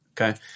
okay